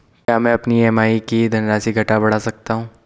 क्या मैं अपनी ई.एम.आई की धनराशि घटा बढ़ा सकता हूँ?